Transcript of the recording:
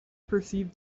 perceived